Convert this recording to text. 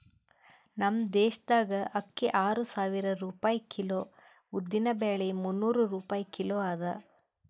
ನಮ್ ದೇಶದಾಗ್ ಅಕ್ಕಿ ಆರು ಸಾವಿರ ರೂಪಾಯಿ ಕಿಲೋ, ಉದ್ದಿನ ಬ್ಯಾಳಿ ಮುನ್ನೂರ್ ರೂಪಾಯಿ ಕಿಲೋ ಅದಾ